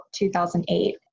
2008